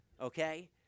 okay